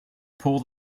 pull